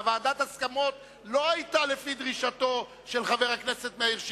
וועדת ההסכמות לא היתה לפי דרישתו של חבר הכנסת מאיר שטרית,